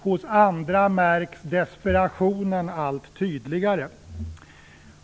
Hos andra märks desperationen allt tydligare.